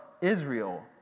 Israel